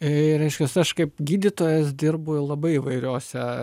ir išvis aš kaip gydytojas dirbu labai įvairiose